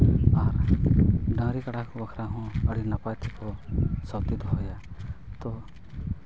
ᱟᱨ ᱰᱟᱹᱝᱨᱤ ᱠᱟᱰᱟ ᱠᱚ ᱵᱟᱠᱷᱨᱟ ᱦᱚᱸ ᱟᱹᱰᱤ ᱱᱟᱯᱟᱭ ᱛᱮᱠᱚ ᱛᱚ